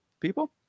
people